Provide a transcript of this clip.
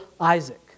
Isaac